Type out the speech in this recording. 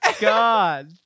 god